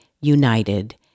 united